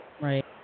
Right